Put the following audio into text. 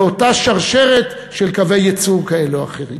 באותה שרשרת של קווי יצוא כאלה או אחרים.